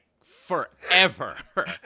forever